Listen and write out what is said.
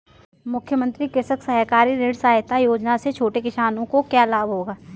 मुख्यमंत्री कृषक सहकारी ऋण सहायता योजना से छोटे किसानों को क्या लाभ होगा?